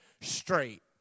straight